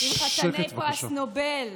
עם חתני פרס נובל,